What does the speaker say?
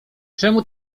czemu